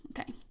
Okay